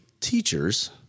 teachers